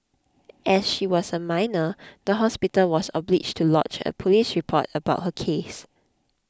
as she was a minor the hospital was obliged to lodge a police report about her case